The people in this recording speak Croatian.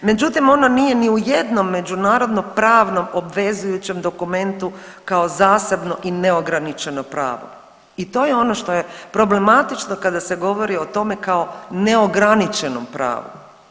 Međutim, ona nije ni u jednom međunarodnopravnom obvezujućem dokumentu kao zasebno i neograničeno pravo i to je ono što je problematično kada se govori o tome kao neograničenom pravu.